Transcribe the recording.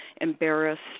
embarrassed